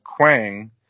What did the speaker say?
Quang